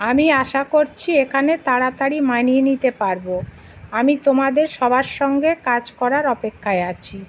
আমি আশা করছি এখানে তাড়াতাড়ি মানিয়ে নিতে পারব আমি তোমাদের সবার সঙ্গে কাজ করার অপেক্ষায় আছি